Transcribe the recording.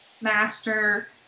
master